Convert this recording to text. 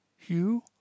You